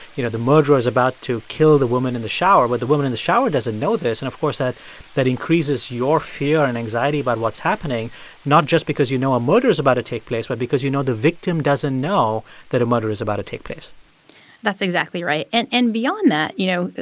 you know, the murderer is about to kill the woman in the shower. but the woman in the shower doesn't know this. and of course, that that increases your fear and anxiety about what's happening not just because you know a murder is about to take place but because you know the victim doesn't know that a murder is about to take place that's exactly right. and and beyond that, you know,